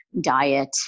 diet